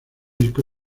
disco